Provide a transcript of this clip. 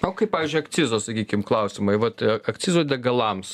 o kaip pavyzdžiu akcizo sakykim klausimai vat akcizo degalams